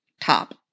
top